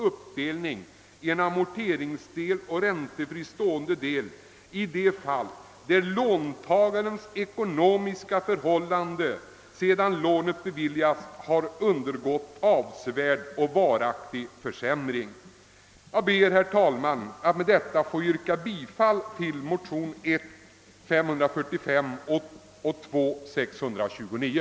Jag ber med det anförda att få yrka bifall till motionsparet 1: 545 och II: 629.